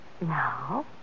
Now